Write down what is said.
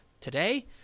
Today